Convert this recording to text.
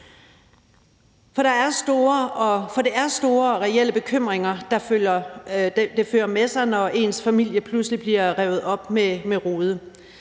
For det er store og reelle bekymringer, det fører med sig, når ens familie pludselig bliver revet op med rode.